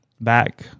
Back